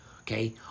Okay